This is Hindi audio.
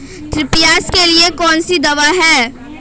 थ्रिप्स के लिए कौन सी दवा है?